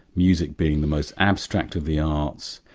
music being the most abstract of the arts,